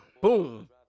boom